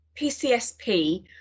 PCSP